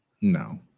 No